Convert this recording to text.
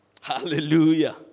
Hallelujah